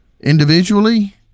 individually